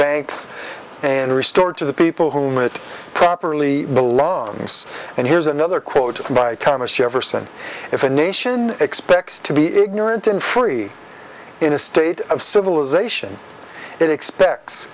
banks and restored to the people whom it properly belongs and here's another quote by thomas jefferson if a nation expects to be ignorant and free in a state of civilization it expects